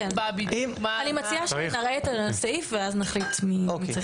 עכשיו נקבע בדיוק מה --- אני מציעה שנראה את הסעיף ואז נחליט מי צריך.